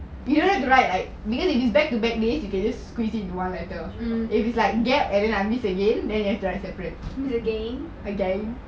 again